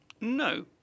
No